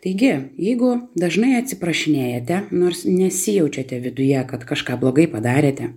taigi jeigu dažnai atsiprašinėjate nors nesijaučiate viduje kad kažką blogai padarėte